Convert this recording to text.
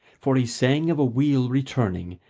for he sang of a wheel returning,